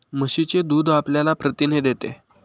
म्हशीचे दूध आपल्याला प्रथिने देते